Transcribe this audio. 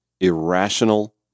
irrational